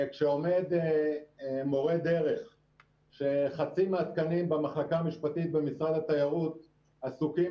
כשעומד מורה דרך כשחצי מהתקנים במחלקה המשפטית במשרד התיירות עסוקים